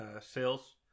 sales